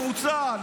קבוצה,